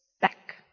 back